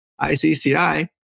ICCI